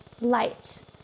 light